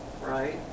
right